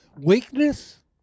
weakness